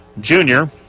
junior